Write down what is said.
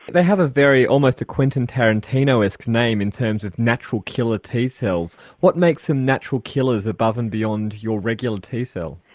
they have a very, almost a quentin tarantinoesque name in terms of natural killer t-cells. what makes them natural killers above and beyond your regular t-cell?